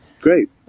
Great